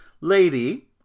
lady